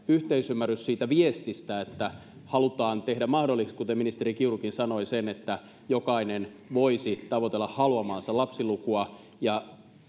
yhteisymmärrys siitä viestistä että halutaan tehdä mahdolliseksi kuten ministeri kiurukin sanoi että jokainen voisi tavoitella haluamaansa lapsilukua